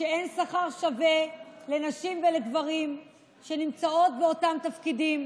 שאין שכר שווה לנשים שנמצאות באותם תפקידים